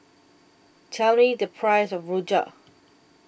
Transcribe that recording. Tell Me The Price of Rojak